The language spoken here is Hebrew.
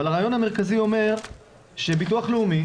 אבל הרעיון המרכזי אומר שביטוח לאומי